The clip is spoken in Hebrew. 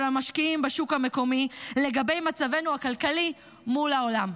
המשקיעים בשוק המקומי לגבי מצבנו הכלכלי מול העולם.